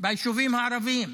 ביישובים הערביים,